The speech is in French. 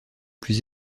plus